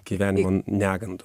gyvenimo negandų